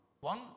One